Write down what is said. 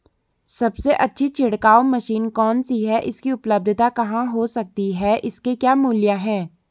सबसे अच्छी छिड़काव मशीन कौन सी है इसकी उपलधता कहाँ हो सकती है इसके क्या मूल्य हैं?